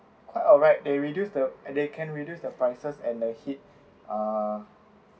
quite alright they reduce the and they can reduce their prices and the heat uh